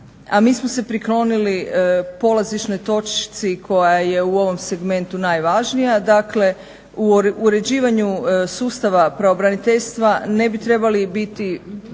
a mi smo se priklonili polazišnoj točci koja je u ovom segmentu najvažnija. Dakle, u uređivanju sustavu pravobraniteljstva ne bi trebali biti